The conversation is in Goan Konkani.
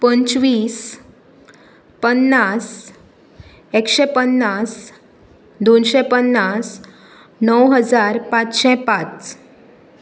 पंचवीस पन्नास एकशें पन्नास दोनशें पन्नास णव हजार पाचशें पांच